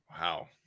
Wow